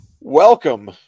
Welcome